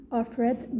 offered